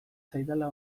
zaidala